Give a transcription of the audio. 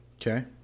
okay